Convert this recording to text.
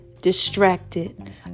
distracted